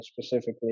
specifically